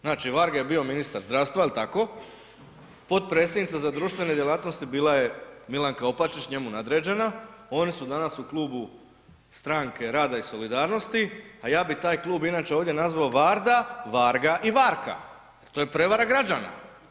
Znači Varga je bio ministar zdravstva jel tako, potpredsjednica za društvene djelatnosti bila je Milanka Opačić njemu nadređena, oni su danas u klubu stranke Rada i solidarnosti, a ja bi taj klub inače ovdje nazvao varda, varga i varka, to je prevara građana.